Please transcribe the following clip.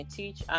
teach